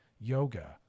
yoga